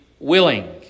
Willing